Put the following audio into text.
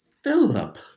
Philip